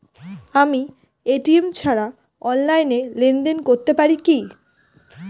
আমি এ.টি.এম ছাড়া অনলাইনে লেনদেন করতে পারি কি?